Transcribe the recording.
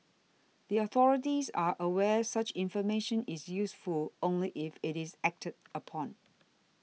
the authorities are aware such information is useful only if it is acted upon